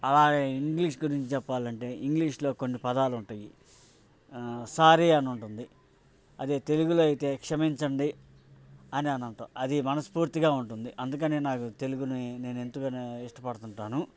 అలా ఇంగ్లీష్ గురించి చెప్పాలంటే ఇంగ్లీష్లో కొన్ని పదాలు ఉంటాయి సారీ అని ఉంటుంది అదే తెలుగులో అయితే క్షమించండి అని అంటాం అది మనస్ఫూర్తిగా ఉంటుంది అందుకని నాకు తెలుగుని నేను ఎంతగానో ఇష్టపడుతాను